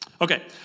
Okay